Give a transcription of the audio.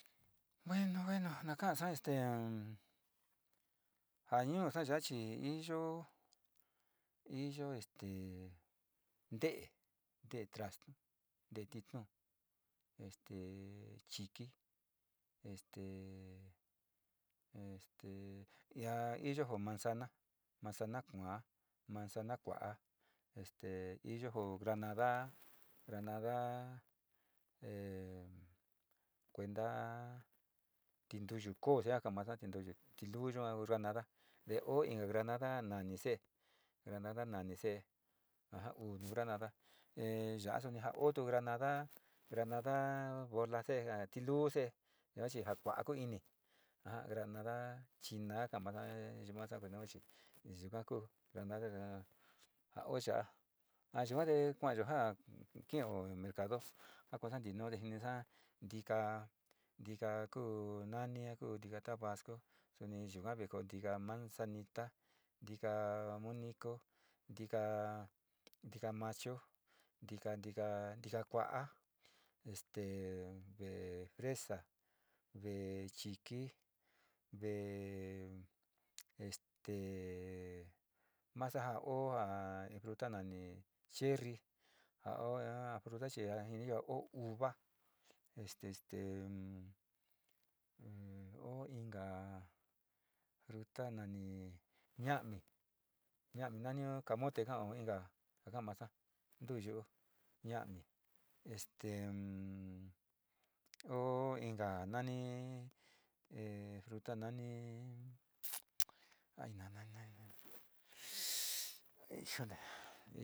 Bueno, bueno, naa kasa este ja nuusa yaa chi te iyo, iyo nte'e trasnu, tee lituu este chiki, este iyo jo manzana, manzana kua, manzana kua'a, este iyo jo granada, granadaa e kuenta tintiyo koo, ka ka'a masa, tintuyu tiluu yua gra nada o in ka granada nani see, granada nani see granada te yua'a suni otu granada bola see ka ka'a tiluu se'e yua chi jakua'a ku ini, granada china ka ka'a masa vu'u masa, yuka kuu chi yuka kuu granada yua ja o ya'a, yua te kuayo ja kio mercado jo koosa ntinuu kissa ntika, ntika kuu nani ja kuu, ntika tabasku, suni yuka kingoyo ntika manzanita, ntika monico, ntika, ntika machu, ntika, ntika kua'a este tiesa chiki, ve este masa o ja in fruta nani cherri o a fruta chi ja jiniyo o uva, este, este, o inka fruta nani ña'ami, na'ami camote kao ji ya'a ja ka'a naasa ntuu yu'u ñami este o inka nani e fruta ja nani, ay nani, nani, nani